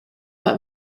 but